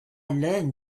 learned